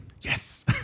Yes